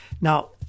Now